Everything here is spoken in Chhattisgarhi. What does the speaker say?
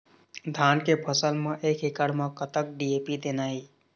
धान के फसल म एक एकड़ म कतक डी.ए.पी देना ये?